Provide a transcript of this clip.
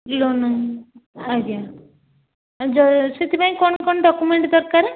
loan ଆଜ୍ଞା ଆଉ ଯେଉଁ ସେଥିପାଇଁ କ'ଣ କ'ଣ ଡକ୍ୟୁମେଣ୍ଟ ଦରକାର